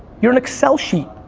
you're an excel sheet.